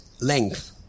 length